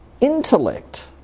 intellect